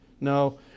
No